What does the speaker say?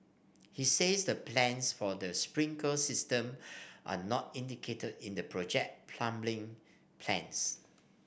he says the plans for the sprinkler system are not indicated in the project plumbing plans